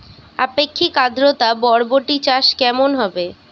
আপেক্ষিক আদ্রতা বরবটি চাষ কেমন হবে?